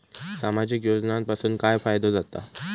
सामाजिक योजनांपासून काय फायदो जाता?